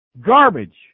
Garbage